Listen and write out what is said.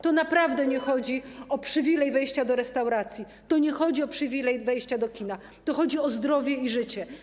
Tu naprawdę nie chodzi o przywilej wejścia do restauracji, tu nie chodzi o przywilej wejścia do kina, tu chodzi o zdrowie i życie.